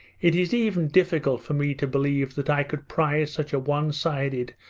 it is even difficult for me to believe that i could prize such a one-sided,